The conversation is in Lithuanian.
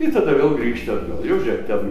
ir tada vėl grįžti atgal jau žiūrėk ten